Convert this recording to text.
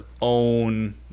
own